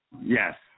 Yes